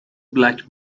black